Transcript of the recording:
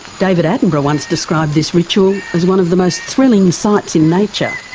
david attenborough once described this ritual as one of the most thrilling sights in nature.